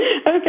Okay